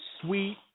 sweet